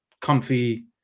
comfy